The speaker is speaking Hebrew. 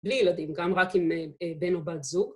‫בלי ילדים, גם רק עם בן או בת זוג.